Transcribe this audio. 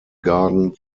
garden